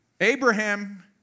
Abraham